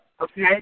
Okay